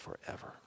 forever